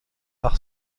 par